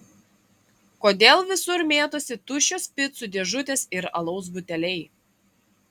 kodėl visur mėtosi tuščios picų dėžutės ir alaus buteliai